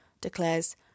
declares